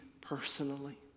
personally